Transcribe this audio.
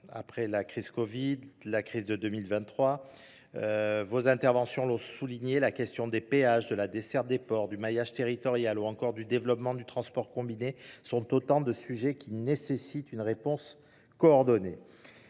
après la crise Covid, la crise de 2023. Vos interventions l'ont souligné, la question des péages, de la décerte des ports, du maillage territorial ou encore du développement du transport combiné sont autant de sujets qui nécessitent une réponse coordonnée.